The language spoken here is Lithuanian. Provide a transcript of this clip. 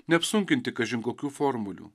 neapsunkinti kažin kokių formulių